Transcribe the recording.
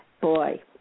boy